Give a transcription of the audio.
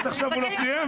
עד עכשיו הוא לא סיים?